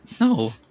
No